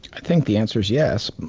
think the answer is yes.